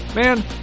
Man